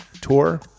tour